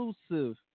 exclusive